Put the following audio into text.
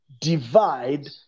divide